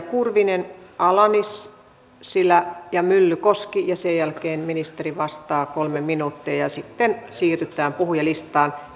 kurvinen ala nissilä ja myllykoski sen jälkeen ministeri vastaa kolme minuuttia ja sitten siirrytään puhujalistaan